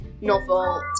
novel